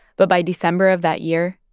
but by december of that year,